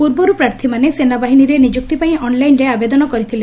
ପୂର୍ବରୁ ପ୍ରାର୍ଥୀମାନେ ସେନାବାହିନୀରେ ନିଯୁକ୍କି ପାଇଁ ଅନ୍ଲାଇନ୍ ଆବେଦନ କରିଥିଲେ